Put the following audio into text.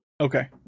Okay